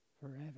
forever